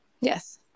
Yes